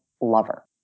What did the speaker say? lover